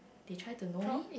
they try to know me